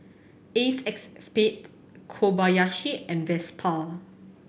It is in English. Ace XSPADE Kobayashi and Vespa